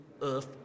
Earth